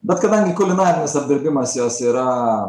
bet kadangi kulinarinis apdirbimas jos yra